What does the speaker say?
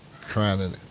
crying